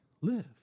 live